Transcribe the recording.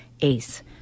ACE